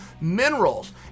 minerals